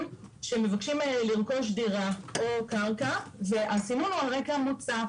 שמבקשים לרכוש דירה או קרקע והסינון הוא על רקע מוצא,